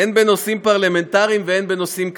הן בנושאים פרלמנטריים והן בנושאים כלליים.